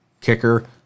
kicker